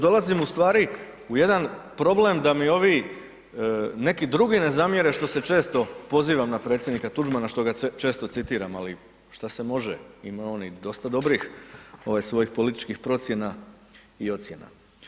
Dolazim ustvari u jedan problem da mi ovi neki drugi ne zamjere što se često pozivam na predsjednika Tuđmana, što ga često citiram, ali šta se može, imao je on i dosta dobrih svojih političkih procjena i ocjena.